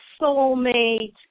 soulmate